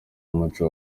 umuco